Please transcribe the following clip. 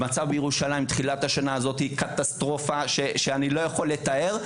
המצב בירושלים בתחילת השנה הזאת קטסטרופה שאני לא יכול לתאר,